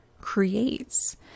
creates